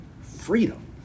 freedom